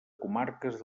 comarques